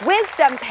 Wisdom